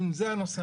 אם זה הנושא,